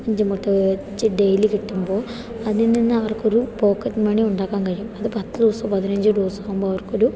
അഞ്ച് മുട്ട വെച്ച് ഡെയിലി കിട്ടുമ്പോൾ അതിൽനിന്ന് അവർക്കൊരു പോക്കറ്റ് മണി ഉണ്ടാക്കാൻ കഴിയും അത് പത്ത് ദിവസവും പതിനഞ്ച് ദിവസവും ആകുമ്പോൾ അവർക്കൊരു